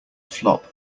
flop